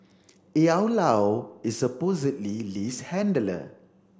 Io Lao is supposedly Lee's handler